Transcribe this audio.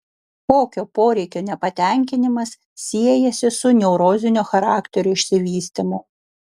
kokio poreikio nepatenkinimas siejasi su neurozinio charakterio išsivystymu